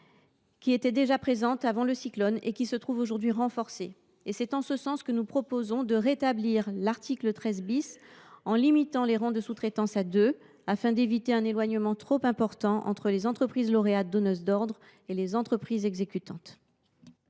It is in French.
économique déjà présente avant le cyclone et qui se trouve aujourd’hui renforcée. C’est en ce sens que nous proposons de rétablir l’article 13 en limitant la sous traitance à deux rangs afin d’éviter un éloignement trop important entre les entreprises lauréates donneuses d’ordre et les entreprises exécutantes.